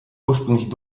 ursprünglich